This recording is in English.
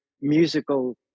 musical